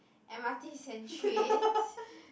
M_R_Ts and trains